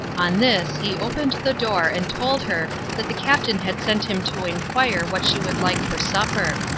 on this he opened the door and told her that the captain had sent him to inquire what she would like for supper.